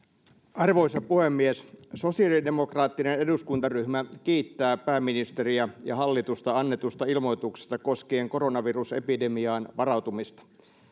arvoisa puhemies sosiaalidemokraattinen eduskuntaryhmä kiittää pääministeriä ja ja hallitusta annetusta ilmoituksesta koskien koronavirusepidemiaan varautumista